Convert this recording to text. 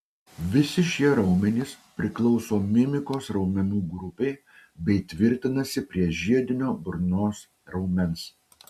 visi šie raumenys priklauso mimikos raumenų grupei bei tvirtinasi prie žiedinio burnos raumens